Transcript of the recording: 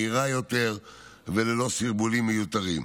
מהירה יותר וללא סרבולים מיותרים.